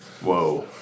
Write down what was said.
Whoa